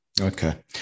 okay